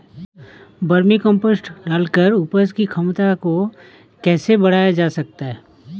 Vermi compost डालकर उपज की क्षमता को कैसे बढ़ाया जा सकता है?